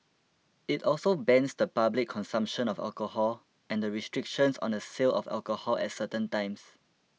it also bans the public consumption of alcohol and restrictions on the sale of alcohol at certain times